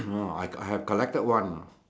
no I have I have collected one